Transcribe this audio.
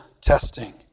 testing